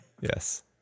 Yes